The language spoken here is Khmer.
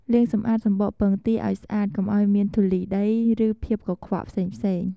លាងសម្អាតសម្បកពងទាឱ្យស្អាត កុំឱ្យមានធូលីដី ឬភាពកខ្វក់ផ្សេងៗ។